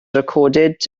recorded